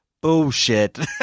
bullshit